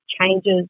changes